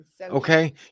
Okay